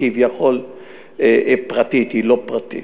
כביכול פרטית, היא לא פרטית.